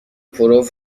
پرو